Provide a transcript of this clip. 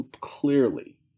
clearly